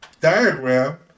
diagram